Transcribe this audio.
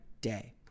day